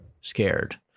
scared